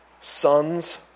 son's